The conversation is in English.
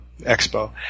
Expo